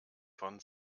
von